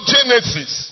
Genesis